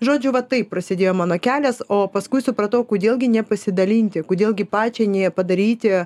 žodžiu va taip prasidėjo mano kelias o paskui supratau kodėl gi nepasidalinti kodėl gi pačiai nepadaryti